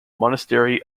monastery